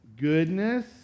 goodness